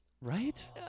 Right